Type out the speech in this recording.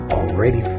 already